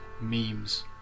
Memes